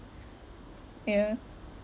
yeah